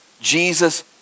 Jesus